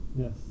Yes